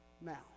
now